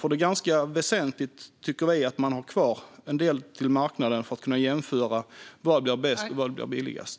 Vi tycker att det är väsentligt att en del finns kvar på marknaden så att man kan jämföra vad som blir bäst och billigast.